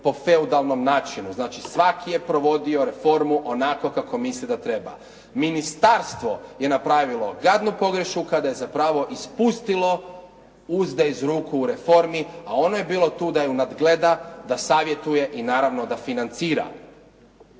po feudalnom načinu. Znači, svaki je provodio reformu onako kako misli da treba. Ministarstvo je napravilo gadnu pogrešku kada je zapravo ispustilo uzde iz ruku u reformi, a ono je bilo tu da ju nadgleda, da savjetuje, i naravno da financira.